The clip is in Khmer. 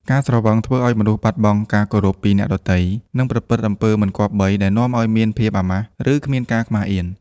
ការស្រវឹងធ្វើឱ្យមនុស្សបាត់បង់ការគោរពពីអ្នកដទៃ និងប្រព្រឹត្តអំពើមិនគប្បីដែលនាំឱ្យមានភាពអាម៉ាស់ ឬគ្មានការអៀនខ្មាស។